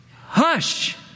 hush